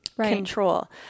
control